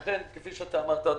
אכן, כפי שאמרת אדוני,